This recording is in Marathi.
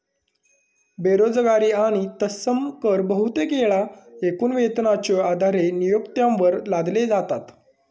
बेरोजगारी आणि तत्सम कर बहुतेक येळा एकूण वेतनाच्यो आधारे नियोक्त्यांवर लादले जातत